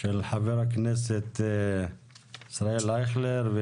של חבר הכנסת ישראל אייכלר,